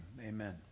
Amen